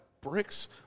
bricks